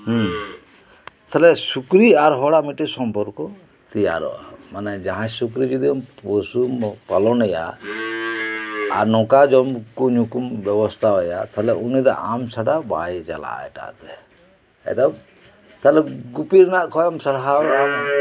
ᱦᱩᱸ ᱛᱟᱦᱚᱞᱮ ᱥᱩᱠᱨᱤ ᱟᱨ ᱦᱚᱲᱟᱜ ᱢᱤᱫᱴᱮᱱ ᱥᱚᱢᱯᱚᱨᱠᱚ ᱛᱮᱭᱟᱨᱚᱜᱼᱟ ᱢᱟᱱᱮ ᱡᱟᱦᱟᱸᱭ ᱥᱩᱠᱨᱤ ᱡᱩᱫᱤ ᱯᱩᱥᱩᱢ ᱯᱟᱞᱚᱱᱮᱭᱟ ᱱᱚᱝᱠᱟ ᱡᱚᱢ ᱠᱚ ᱧᱩᱠᱚᱢ ᱵᱮᱵᱚᱥᱛᱟ ᱟᱭᱟ ᱛᱟᱦᱚᱞᱮ ᱩᱱᱤ ᱫᱚ ᱟᱢ ᱪᱷᱟᱰᱟ ᱵᱟᱭ ᱪᱟᱞᱟᱜᱼᱟᱮᱴᱟᱜ ᱛᱮ ᱮᱠᱫᱚᱢ ᱛᱟᱦᱚᱞᱮ ᱜᱩᱯᱤ ᱨᱮᱭᱟᱜ ᱠᱷᱚᱱ ᱥᱟᱦᱟ ᱭᱮᱱᱟ